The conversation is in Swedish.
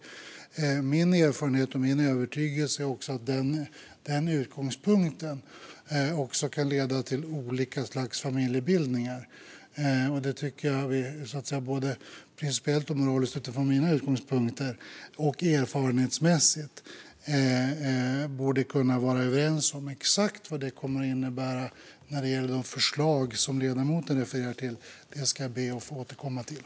Det andra är att min erfarenhet och övertygelse är att denna utgångspunkt också kan leda till olika slags familjebildningar, och det tycker jag att vi principiellt, moraliskt och erfarenhetsmässigt borde kunna vara överens om. Exakt vad detta kommer att innebära vad gäller de förslag ledamoten refererar till ska jag be att få återkomma till.